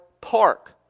park